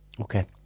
Okay